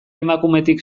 emakumetik